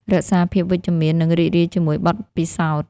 រក្សាភាពវិជ្ជមាន និងរីករាយជាមួយបទពិសោធន៍។